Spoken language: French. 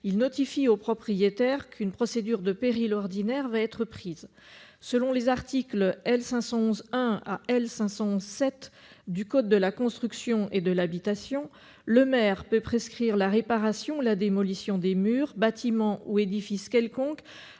il notifie au propriétaire qu'une procédure de péril ordinaire va être engagée. Aux termes des articles L. 511-1 à L. 511-7 du code de la construction et de l'habitation, le maire peut prescrire la réparation ou la démolition des murs, bâtiments ou édifices quelconques